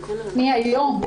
מהיום.